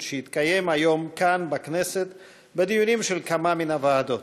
שהתקיים היום כאן בכנסת בדיונים של כמה מהוועדות.